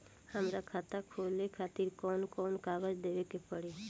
हमार खाता खोले खातिर कौन कौन कागज देवे के पड़ी?